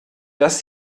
dass